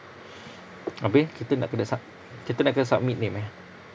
abeh kita nak kena sub~ kita nak kena submit name eh